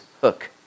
hook